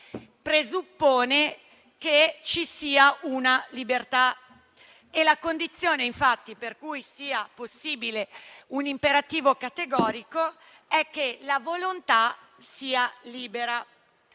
presuppone che ci sia una libertà e la condizione per cui sia possibile un imperativo categorico è che la volontà sia libera.